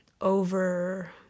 over